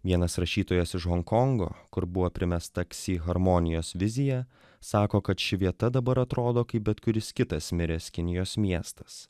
vienas rašytojas iš honkongo kur buvo primesta ksi harmonijos vizija sako kad ši vieta dabar atrodo kaip bet kuris kitas miręs kinijos miestas